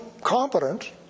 competent